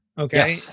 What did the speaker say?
okay